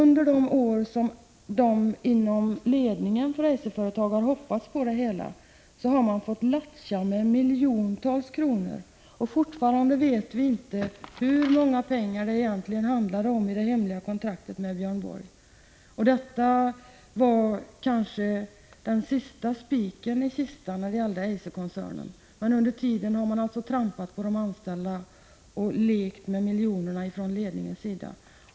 Under de år som ledningen för Eiser har hoppats på detta projekt har den fått leka med miljontals kronor. Vi vet ännu inte hur stora pengar det hemliga kontraktet med Björn Borg handlar om. Detta var kanske den sista spiken i Prot. 1985/86:154 = Eiserkoncernens kista. Ledningen har trampat på de anställda och lekt med miljoner.